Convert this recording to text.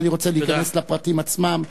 אינני רוצה להיכנס לפרטים עצמם.